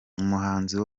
umuhanzi